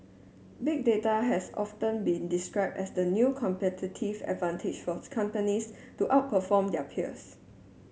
Big Data has often been described as the new competitive advantage forth companies to outperform their peers